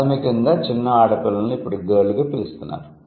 ప్రాథమికంగా చిన్న ఆడపిల్లలను ఇప్పుడు గర్ల్ గా పిలుస్తున్నారు